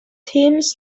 teams